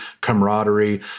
camaraderie